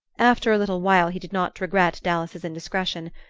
after a little while he did not regret dallas's indiscretion.